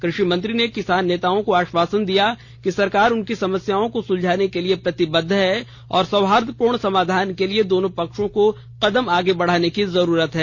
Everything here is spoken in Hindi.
कृषि मंत्री ने किसान नेताओं को आश्वासन दिया कि सरकार उनकी समस्याओं को सुलझाने के लिए प्रतिबद्ध है और सौहार्दपूर्ण समाधान के लिए दोनों पक्षों को कदम आगे बढाने की जरूरत है